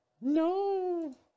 No